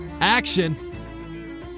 action